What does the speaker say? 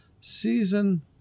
season